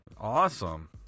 Awesome